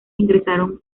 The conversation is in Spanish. ingresaron